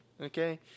okay